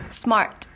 smart